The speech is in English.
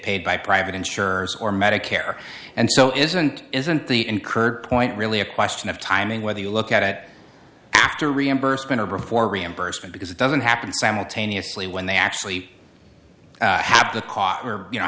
paid by private insurers or medicare and so is and isn't the incurred point really a question of timing whether you look at after reimbursement over for reimbursement because it doesn't happen simultaneously when they actually i have the car you